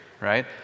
right